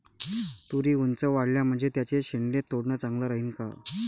तुरी ऊंच वाढल्या म्हनजे त्याचे शेंडे तोडनं चांगलं राहीन का?